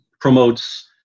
promotes